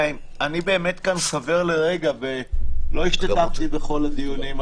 אני באמת כאן חבר לרגע ולא השתתפתי בכל הדיונים.